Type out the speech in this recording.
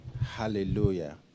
Hallelujah